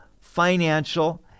financial